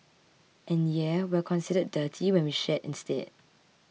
and yeah we're considered dirty when we shed instead